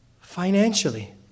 Financially